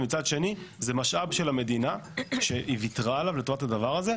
ומצד שני זה משאב של המדינה שהיא ויתרה עליו לטובת הדבר הזה,